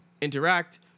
interact